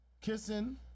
kissing